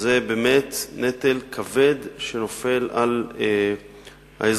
זה נטל כבד שנופל על האזרחים,